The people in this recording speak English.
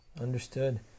Understood